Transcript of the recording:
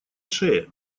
шее